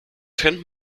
trennt